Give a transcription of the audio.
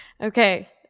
Okay